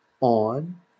on